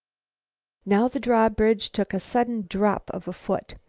now the drawbridge took a sudden drop of a foot.